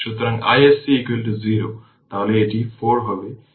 সুতরাং iSC 0 তাহলে এটি 4 হবে